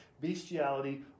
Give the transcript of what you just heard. bestiality